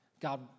God